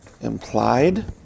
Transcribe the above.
implied